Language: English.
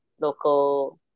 local